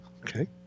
Okay